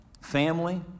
family